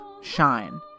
shine